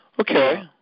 Okay